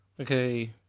okay